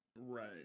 Right